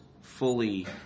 fully